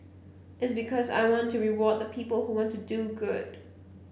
it's because I want to reward the people who want to do good